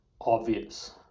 obvious